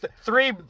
three